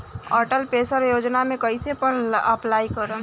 Atal pension Yojana मे कैसे apply करेम?